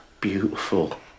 beautiful